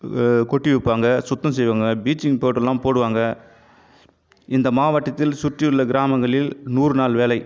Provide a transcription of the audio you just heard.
கொட்டி விற்பாங்க சுத்தம் செய்வாங்க பீச்சிங் பவுடரெலாம் போடுவாங்க இந்த மாவட்டத்தில் சுற்றி உள்ள கிராமங்களில் நூறு நாள் வேலை